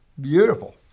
beautiful